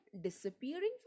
disappearing